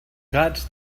gats